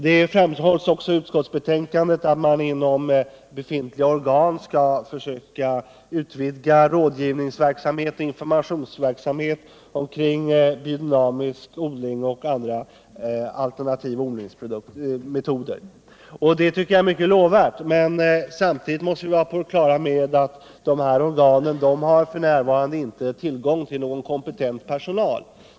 Det framhålls också i utskottsbetänkandet att man inom befintliga organ skall försöka utvidga rådgivnings och informationsverksamheten kring biodynamisk odling och andra alternativa odlingsmetoder. Det tycker jag är mycket lovvärt. Samtidigt måste vi emellertid vara på det klara med att dessa organ f. n. inte har tillgång till kompetent personal.